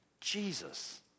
Jesus